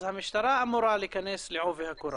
אז המשטרה אמורה להיכנס לעובי הקורה,